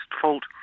fault